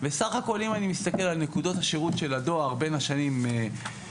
וסך הכול אם אני מסתכל על נקודות השירות של הדואר בין השנים 2019-2022,